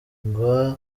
indirimbo